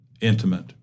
intimate